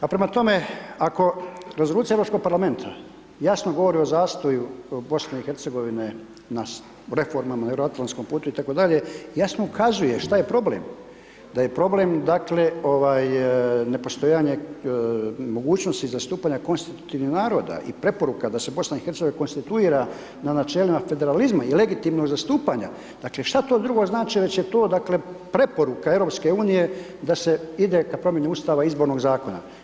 Pa prema tome, ako rezolucija europskog parlamenta jasno govori o zastoju BiH na reformama, euroatlanskom paktu itd., jasno ukazuje šta je problem, da je problem nepostojanje mogućnosti zastupanja konstitutivnih naroda i preporuka da se BiH konstituira na načelima federalizma i legitimnog zastupanja, šta to drugo znači, već je to preporuka EU da se ide ka promijeni Ustava Izbornog Zakona.